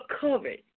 covered